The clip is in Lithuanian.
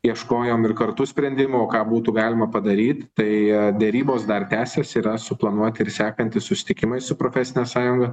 ieškojom ir kartu sprendimo o ką būtų galima padaryt tai derybos dar tęsiasi yra suplanuoti ir sekantys susitikimai su profesine sąjunga